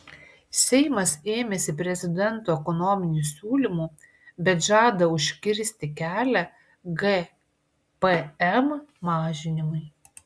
seimas ėmėsi prezidento ekonominių siūlymų bet žada užkirsti kelią gpm mažinimui